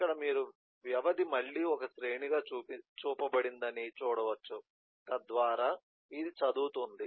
ఇక్కడ మీరు వ్యవధి మళ్లీ ఒక శ్రేణిగా చూపబడిందని చూడవచ్చు తద్వారా ఇది చదువుతుంది